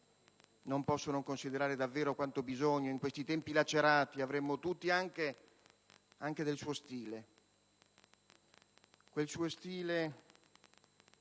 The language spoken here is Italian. non posso non considerare davvero quanto bisogno in questi tempi lacerati avremmo tutti anche del suo stile